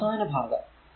ഇനി അവസാന ഭാഗം